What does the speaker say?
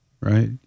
right